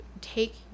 take